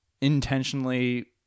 intentionally